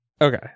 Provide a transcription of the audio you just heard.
Okay